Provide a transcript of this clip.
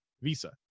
Visa